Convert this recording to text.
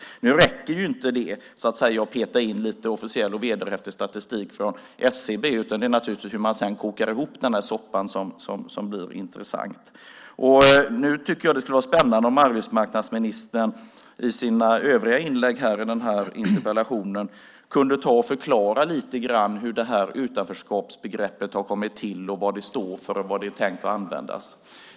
Det räcker dock inte att så att säga peta in lite officiell och vederhäftig statistik från SCB, utan det är naturligtvis hur man sedan kokar ihop soppan som blir intressant. Det skulle vara spännande om arbetsmarknadsministern i sina övriga inlägg i den här interpellationsdebatten lite grann kunde förklara hur utanförskapsbegreppet har kommit till, vad det står för och vad det är tänkt att användas till.